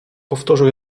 powtórzył